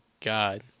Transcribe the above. god